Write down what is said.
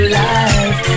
life